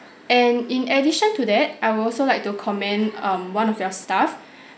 and in addition to that I would also like to commend um one of your staff